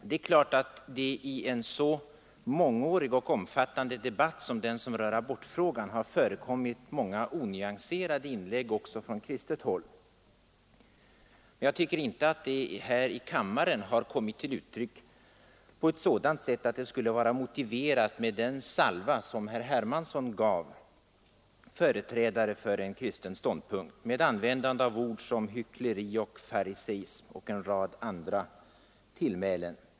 Det är klart att det i en så mångårig och omfattande debatt som den i abortfrågan har förekommit många onyanserade inlägg också från kristet håll, men de har inte här i riksdagen kommit till uttryck på ett sådant sätt att det kan vara motiverat med den salva som herr Hermansson gav företrädare för en kristen ståndpunkt med användande av ord som hyckleri, fariseism och en rad andra tillmälen.